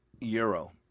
euro